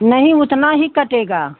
नहीं उतना ही कटेगा